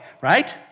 right